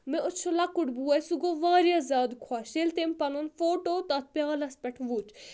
مےٚ أسۍ چھِ لَکُٹ بوے سُہ گوٚو واریاہ زیادٕ خۄش ییٚلہِ تٔمۍ پَنُن فوٹو تَتھ پیالَس پؠٹھ وُچھ